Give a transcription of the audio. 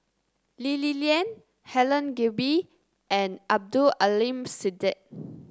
Lee Li Lian Helen Gilbey and Abdul Aleem Siddique